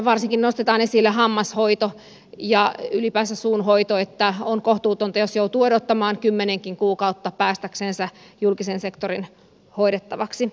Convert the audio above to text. varsinkin nostetaan esille hammashoito ja ylipäänsä suunhoito että on kohtuutonta jos joutuu odottamaan kymmenenkin kuukautta päästäksensä julkisen sektorin hoidettavaksi